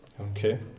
okay